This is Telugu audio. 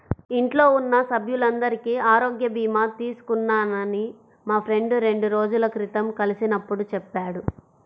ఇంట్లో ఉన్న సభ్యులందరికీ ఆరోగ్య భీమా తీసుకున్నానని మా ఫ్రెండు రెండు రోజుల క్రితం కలిసినప్పుడు చెప్పాడు